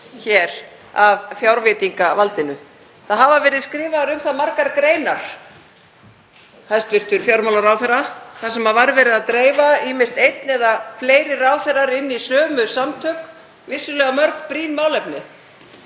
hér af fjárveitingavaldinu. Það hafa verið skrifaðar um það margar greinar, hæstv. fjármálaráðherra, þar sem var verið að dreifa, ýmist einn eða fleiri ráðherrar, inn í sömu samtök, vissulega mörg brýn málefni.